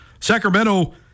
Sacramento